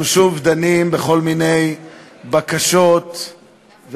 אנחנו שוב דנים בכל מיני בקשות וקומבינות